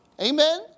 Amen